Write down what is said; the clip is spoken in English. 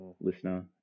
listener